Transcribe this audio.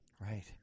Right